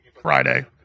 Friday